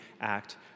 act